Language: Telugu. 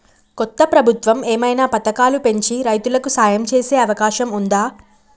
కొత్త ప్రభుత్వం ఏమైనా పథకాలు పెంచి రైతులకు సాయం చేసే అవకాశం ఉందా?